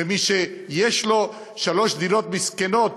ומי שיש לו שלוש דירות מסכנות